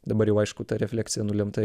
dabar jau aišku ta refleksija nulemta